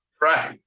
Right